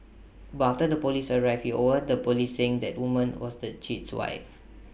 but after the Police arrived he overheard the Police saying the woman was the cheat's wife